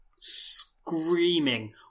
Screaming